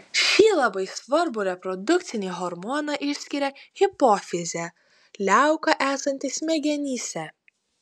šį labai svarbų reprodukcinį hormoną išskiria hipofizė liauka esanti smegenyse